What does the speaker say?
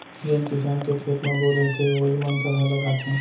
जेन किसान के खेत म बोर रहिथे वोइ मन थरहा लगाथें